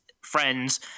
friends